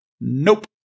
Nope